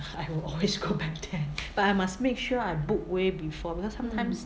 I will always go back there but I must make sure I book way before because sometimes